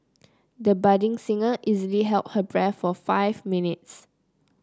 the budding singer easily held her breath for five minutes